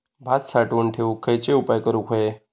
भात साठवून ठेवूक खयचे उपाय करूक व्हये?